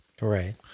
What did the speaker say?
Right